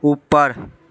ऊपर